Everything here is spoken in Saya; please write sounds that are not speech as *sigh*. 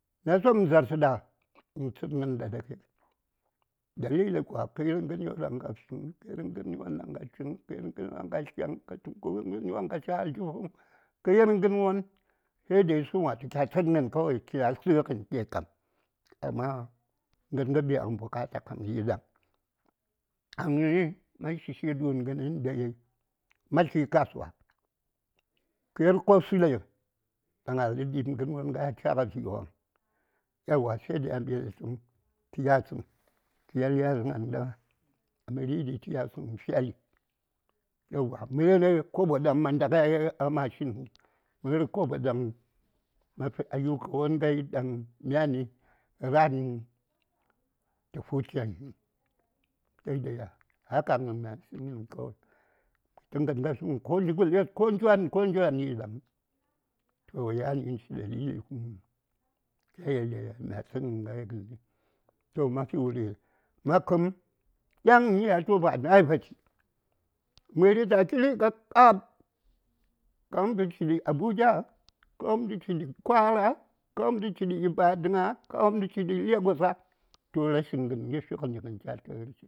Mya Somnə Za:rsə ɗa, nə tsəngən ɗa *unintelligible* dalili kwa kə yir ŋəryo ɗaŋ ka fiŋ kə yir ŋəryo ɗaŋ ka chiŋ kə ŋəryo ɗaŋ ka tlyaŋ kə yir ŋərwon ɗaŋ ka cha aljihuŋ kə yir ŋərwon saidai sum wa tu kya tsənŋən kawai kya *unintelligible* kam amma ŋəngə biya ŋən bukatai kam yi ɗaŋ ɗaŋni mə shishi ɗu:n ŋəni dai ma tli kasuwa kə yir ko sule ɗaŋ a lən ɗi:b ŋərwon ŋai a cha vi: waŋ yauwa saidai a mbi datəpm tə yasəŋ kə yel yani gənda mə ri: ɗi tə yasəŋ nə fyali yauwa mə yir kobo ɗaŋ ma nda ŋai a marchine həŋ mə yir kobo ɗaŋ ma fi ayuka won ŋai ɗaŋ myani ra:n tə huche həŋ sai dai haka *unintelligible* kə nda ŋatli ko jigules ko djwan ko djwan yin ɗaŋ toh yan ŋən chi dalili kya yeli ɗaŋ mya tləŋən ŋai ŋəndi ma fi wuri? ma kə:m yaŋni yatlwopm a nayi vati məri ta kiri kakab kawum tu chiɗi Abuja, kawum tu chiɗi Kwara, kawumtu chiɗi Ibadana kawumtu chiɗi Lagosa toh rashi ŋən fiŋəni cha tlə:r shi.